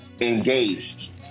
engaged